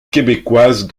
québécoise